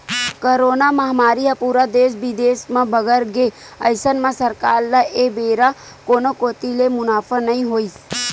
corona महामारी ह पूरा देस बिदेस म बगर गे अइसन म सरकार ल ए बेरा कोनो कोती ले मुनाफा नइ होइस